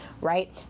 right